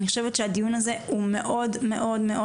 אני חושבת שהדיון הזה מאוד חשוב,